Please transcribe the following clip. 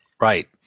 Right